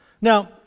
now